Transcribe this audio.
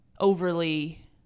overly